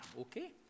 okay